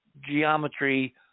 geometry